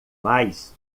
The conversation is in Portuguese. mais